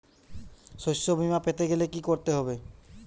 শষ্যবীমা পেতে গেলে কি করতে হবে?